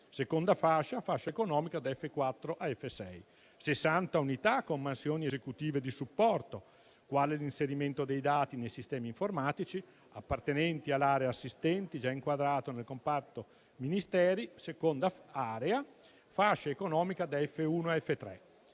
seconda fascia, fascia economica da F4 a F6); 60 unità con mansioni esecutive di supporto, quale l'inserimento dei dati nei sistemi informatici, (appartenenti all'area assistenti già inquadrato nel comparto Misteri, seconda area, fascia economica da F1 a F3).